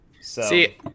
See